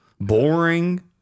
boring